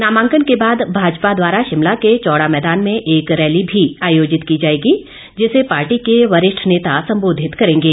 नामांकन के बाद भाजपा द्वारा शिमला के चौड़ा मैदान में एक रैली भी आयोजित की जाएगी जिसे पार्टी के वरिष्ठ नेता संबोधित करेंगे